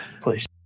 Please